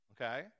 okay